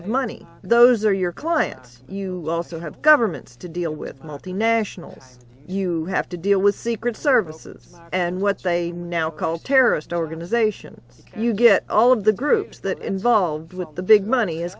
of money those are your clients you also have governments to deal with multinationals you have to deal with secret services and what they now call terrorist organizations you get all of the groups that involved with the big money